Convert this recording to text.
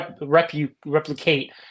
replicate